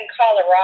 Colorado